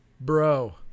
bro